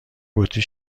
بطری